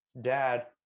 dad